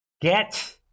get